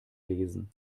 lesen